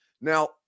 Now